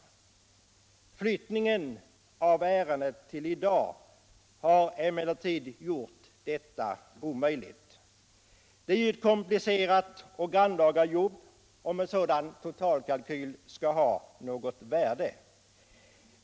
Flyttningen av ärendet till dagens debatt har emellertid gjort detta omöjligt, då det innebär ett komplicerat och grannlaga jobb att få fram en kalkyl som har något värde i sammanhanget.